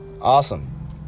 Awesome